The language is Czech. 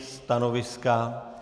Stanoviska?